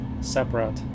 separate